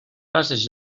ases